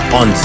on